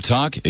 Talk